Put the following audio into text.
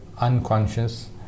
unconscious